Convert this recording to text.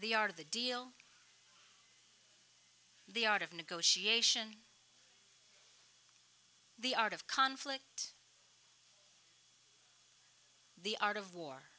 the art of the deal the art of negotiation the art of conflict the art of war